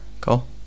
Cool